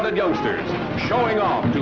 ah youngsters showing off to